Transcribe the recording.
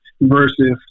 versus